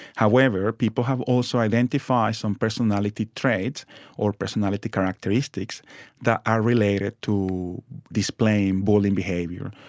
however, people have also identified some personality traits or personality characteristics that are related to displaying bullying behaviour.